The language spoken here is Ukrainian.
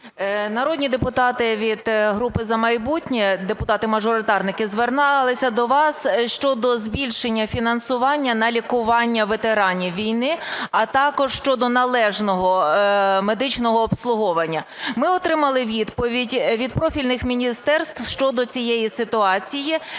народні депутати від групи "За майбутнє", депутати-мажоритарники, зверталися до вас щодо збільшення фінансування на лікування ветеранів війни, а також щодо належного медичного обслуговування. Ми отримали відповідь від профільних міністерств щодо цієї ситуації,